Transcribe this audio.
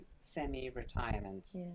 semi-retirement